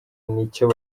nicyo